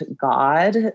God